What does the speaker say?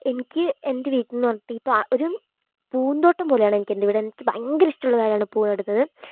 എനിക്ക് എൻ്റെ വീട്ടീന്ന് പറഞ്ഞിപ്പം ഇപ്പം ഒരു പൂന്തോട്ടം പോലെയാണ് എനിക്കെൻ്റെ വീട് എനിക്ക് ഭയങ്കര ഇഷ്ടമുള്ള കാര്യമാണ് പൂ നടുന്നത്